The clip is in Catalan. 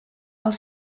els